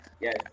yes